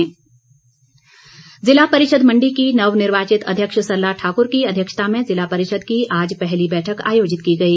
बैठक जिला परिषद मंडी की नवनिर्वाचित अध्यक्ष सरला ठाकर की अध्यक्षता में जिला परिषद की आज पहली बैठक आयोजित की गई